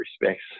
respects